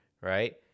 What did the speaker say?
Right